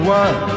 one